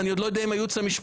אני עוד לא יודע מהייעוץ המשפטי,